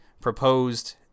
proposed